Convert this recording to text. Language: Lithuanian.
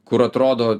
kur atrodo